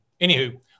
Anywho